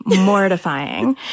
mortifying